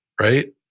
right